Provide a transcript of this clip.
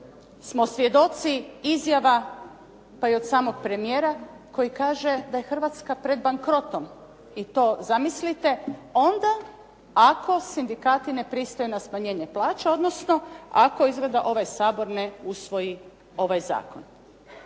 smo svjedoci izjava pa i od samog premijera koji kaže da je Hrvatska pred bankrotom, i to zamislite onda ako sindikati ne pristaju na smanjenje plaća odnosno ako izgleda ovaj Sabor ne usvoji ovaj zakon.